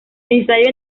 ensayo